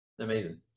Amazing